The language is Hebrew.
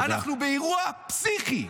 אנחנו באירוע פסיכי.